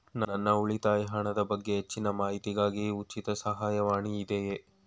ನನ್ನ ಉಳಿತಾಯ ಹಣದ ಬಗ್ಗೆ ಹೆಚ್ಚಿನ ಮಾಹಿತಿಗಾಗಿ ಉಚಿತ ಸಹಾಯವಾಣಿ ಇದೆಯೇ?